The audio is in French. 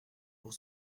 pour